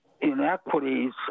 inequities